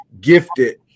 gifted